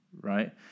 right